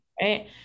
right